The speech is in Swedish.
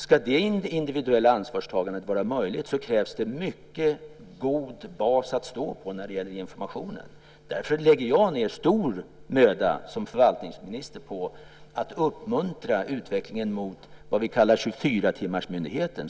Ska det individuella ansvarstagandet vara möjligt krävs det en mycket god bas att stå på när det gäller informationen. Därför lägger jag, som förvaltningsminister, ned stor möda på att uppmuntra utvecklingen mot vad vi kallar 24-timmarsmyndigheten.